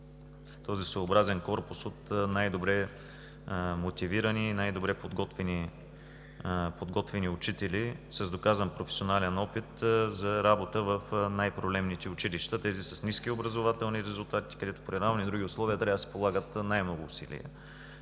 този своеобразен корпус от най-добре мотивирани и най-добре подготвени учители, с доказан професионален опит за работа в най-проблемните училища – тези с ниски образователни резултати, където при равни други условия трябва да се полагат най-много усилия.